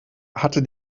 hatte